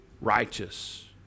righteous